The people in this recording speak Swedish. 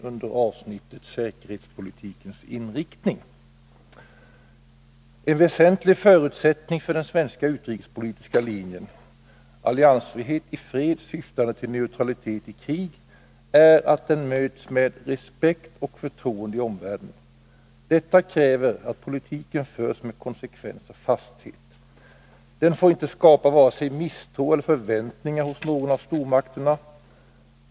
Under avsnittet Säkerhetspolitikens inriktning står bl.a.: ”En väsentlig förutsättning för den svenska utrikespolitiska linjen — 181 alliansfrihet i fred syftande till neutralitet i krig — är att den möts med respekt och förtroende i omvärlden. Detta kräver att politiken förs med konsekvens och fasthet. Den får inte skapa vare sig misstro eller förväntningar hos någon av stormakterna.